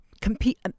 compete